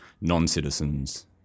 non-citizens